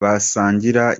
basangira